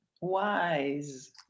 Wise